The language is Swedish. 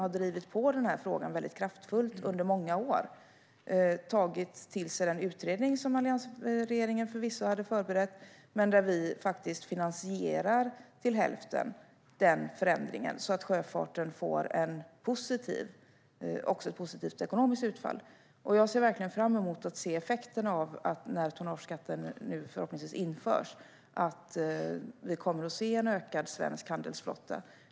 Sedan har den nuvarande regeringen tagit till sig den utredning som alliansregeringen förvisso hade förberett. Vi finansierar faktiskt den här förändringen till hälften, så att sjöfarten får ett positivt ekonomiskt utfall. Jag ser verkligen fram emot att se effekterna när nu tonnageskatten förhoppningsvis införs. Jag hoppas på en ökning för den svenska handelsflottan.